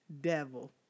Devil